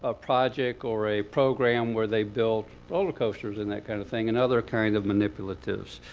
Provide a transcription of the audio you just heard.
ah project, or a program, where they build roller coasters, and that kind of thing, and other kind of manipulatives,